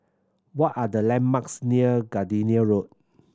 what are the landmarks near Gardenia Road